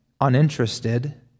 uninterested